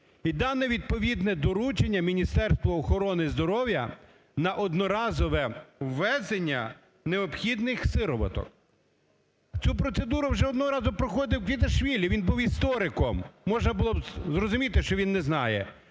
і дане відповідне доручення Міністерству охорони здоров'я на одноразове ввезення необхідних сивороток. Цю процедуру вже одного разу проходив Квіташвілі, він був істориком. Можна було б зрозуміти, що він не знає.